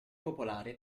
popolare